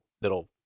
that'll